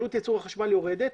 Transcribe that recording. עלות ייצור החשמל יורדת,